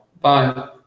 Bye